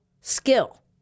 skill